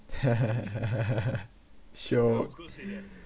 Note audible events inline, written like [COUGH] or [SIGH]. [LAUGHS] siok